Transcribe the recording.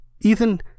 Ethan